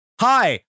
Hi